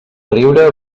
riure